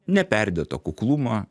neperdėto kuklumo